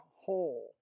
whole